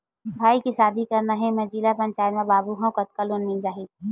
भाई के शादी करना हे मैं जिला पंचायत मा बाबू हाव कतका लोन मिल जाही?